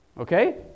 Okay